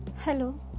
Hello